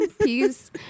Peace